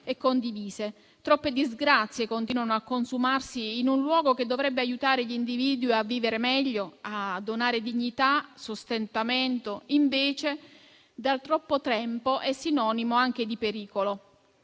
e condivise. Troppe disgrazie continuano a consumarsi in un luogo che dovrebbe aiutare gli individui a vivere meglio, a donare dignità e sostentamento; invece da troppo tempo è sinonimo anche di pericolo.